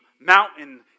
mountain